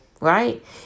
right